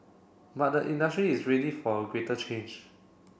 but the industry is ready for greater change